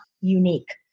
unique